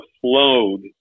flowed